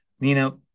Nina